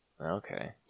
Okay